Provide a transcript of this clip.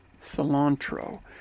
cilantro